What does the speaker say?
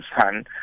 son